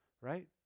right